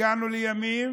הגענו לימים